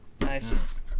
Nice